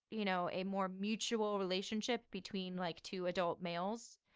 you know, a more mutual relationship between like two adult males,